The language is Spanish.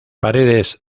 paredes